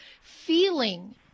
feeling